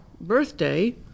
birthday